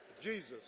Jesus